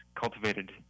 cultivated